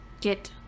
get